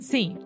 Sim